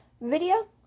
video